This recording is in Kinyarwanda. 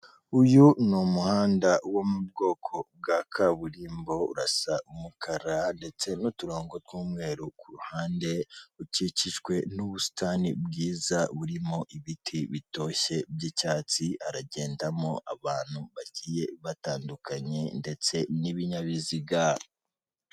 Uyu ni umuhanda wo mu bwoko bwa kaburimbo urasa umukara ndetse n'uturongo tw'umweru kuruhande, ukikijwe n'ubusitani bwiza burimo ibiti bitoshye by'icyatsi, haragendamo abantu bagiye batandukanye ndetse n'ibinyabiziga.